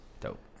Dope